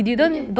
you hint